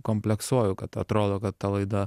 kompleksuoju kad atrodo kad ta laida